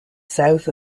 south